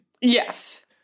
Yes